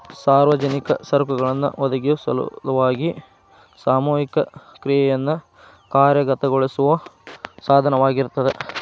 ಸಾರ್ವಜನಿಕ ಸರಕುಗಳನ್ನ ಒದಗಿಸೊ ಸಲುವಾಗಿ ಸಾಮೂಹಿಕ ಕ್ರಿಯೆಯನ್ನ ಕಾರ್ಯಗತಗೊಳಿಸೋ ಸಾಧನವಾಗಿರ್ತದ